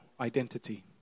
identity